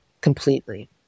completely